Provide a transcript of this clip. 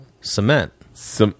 Cement